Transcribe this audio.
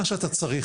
מה שאתה צריך,